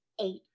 eight